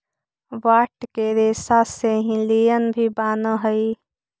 bast के रेसा से ही लिनन भी बानऽ हई